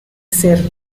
ser